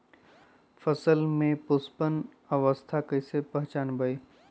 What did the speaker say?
फसल में पुष्पन अवस्था कईसे पहचान बई?